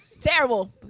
Terrible